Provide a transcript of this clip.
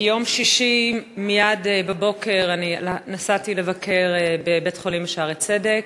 ביום שישי בבוקר נסעתי מייד לבית-החולים "שערי צדק".